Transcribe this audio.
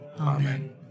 Amen